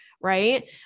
Right